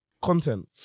content